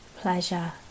pleasure